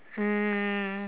um